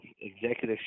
executive